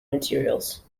materials